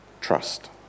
trust